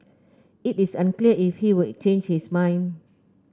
it is unclear if he would change his mind